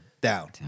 Down